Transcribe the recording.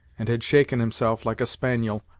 and had shaken himself, like a spaniel,